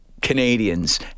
Canadians